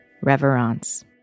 Reverence